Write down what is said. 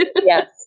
Yes